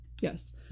Yes